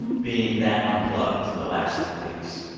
and being that unplugged in the last three weeks?